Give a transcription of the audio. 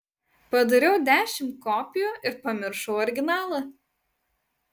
padariau dešimt kopijų ir pamiršau originalą